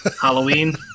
Halloween